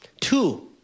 Two